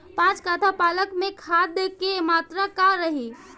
पाँच कट्ठा पालक में खाद के मात्रा का रही?